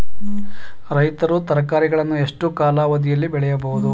ರೈತರು ತರಕಾರಿಗಳನ್ನು ಎಷ್ಟು ಕಾಲಾವಧಿಯಲ್ಲಿ ಬೆಳೆಯಬಹುದು?